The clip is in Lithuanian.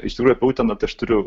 iš tikrųjų apie uteną tai aš turiu